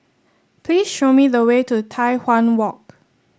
please show me the way to Tai Hwan Walk